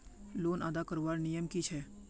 Loan अदा करवार नियम की छे?